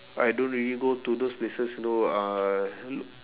I don't really go to those places you know uh